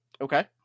Okay